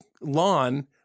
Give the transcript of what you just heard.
lawn